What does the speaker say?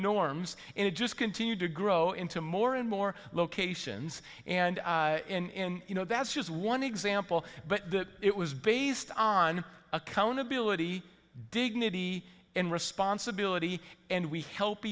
norms and it just continued to grow into more and more locations and in you know that's just one example but it was based on accountability dignity and responsibility and we help